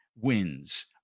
wins